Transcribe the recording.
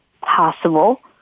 possible